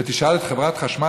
ותשאל את חברת חשמל,